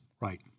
right